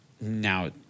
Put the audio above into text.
now